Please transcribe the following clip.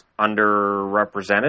underrepresented